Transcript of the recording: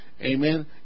amen